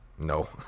No